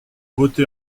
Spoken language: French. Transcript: voté